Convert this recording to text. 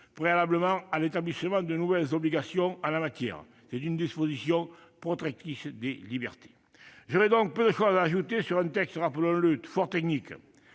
préalablement à l'établissement de nouvelles obligations en la matière. C'est une mesure protectrice des libertés. J'aurai donc peu de choses à ajouter sur un texte, rappelons-le, fort technique.